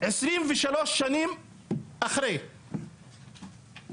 23 שנים אחרי כן,